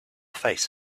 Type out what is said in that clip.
face